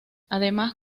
además